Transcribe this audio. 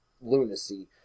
lunacy